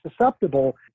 susceptible